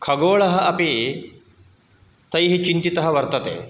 खगोळः अपि तैः चिन्तितः वर्तते